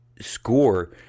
score